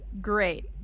Great